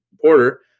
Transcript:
Porter